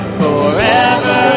forever